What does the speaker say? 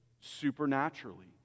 supernaturally